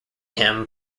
him